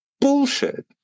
bullshit